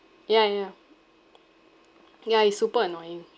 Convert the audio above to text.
ya ya ya ya it's super annoying